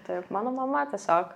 taip mano mama tiesiog